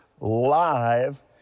live